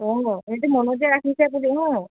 অঁ ইহঁতে মন যে ৰাখিছে বুলি অঁ